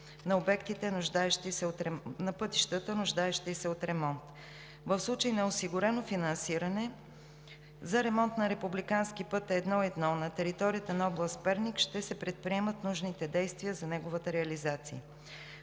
на пътищата, нуждаещи се от ремонт. В случай на осигурено финансиране за ремонт на републикански път I-1 на територията на област Перник ще се предприемат нужните действия за неговата реализация.